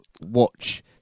watch